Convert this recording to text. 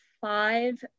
five